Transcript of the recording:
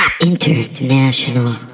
International